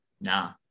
Nah